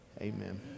amen